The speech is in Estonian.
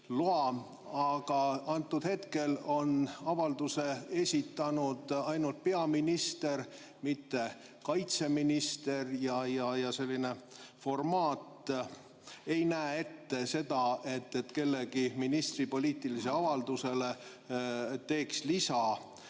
Aga hetkel on avalduse esitanud ainult peaminister, mitte kaitseminister, ja selline formaat ei näe ette seda, et ministri poliitilisele avaldusele esitaks lisa